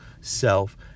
self